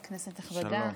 כנסת נכבדה,